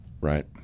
Right